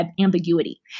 ambiguity